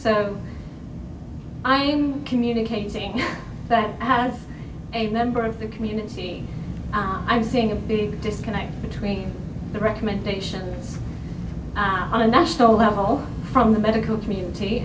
so i'm communicating that has a number of the muniz i'm seeing a big disconnect between the recommendation on a national level from the medical community